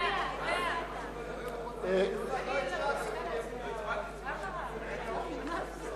בל"ד רע"ם-תע"ל חד"ש להביע אי-אמון בממשלה לא נתקבלה.